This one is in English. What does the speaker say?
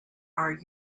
are